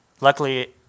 Luckily